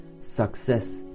Success